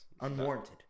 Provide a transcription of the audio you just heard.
unwarranted